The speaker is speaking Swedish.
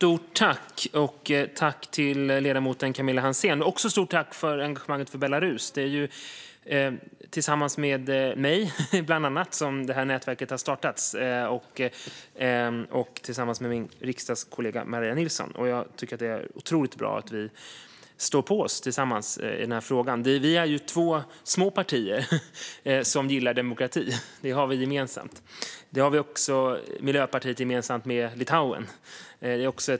Fru talman! Stort tack till ledamoten Camilla Hansén, också för engagemanget för Belarus! Det är ju tillsammans med mig och min riksdagskollega Maria Nilsson, bland andra, som det här nätverket har startats. Jag tycker att det är otroligt bra att vi står på oss tillsammans i den här frågan. Vi är ju två små partier som gillar demokrati. Det har vi gemensamt. Det har vi och Miljöpartiet också gemensamt med Litauen.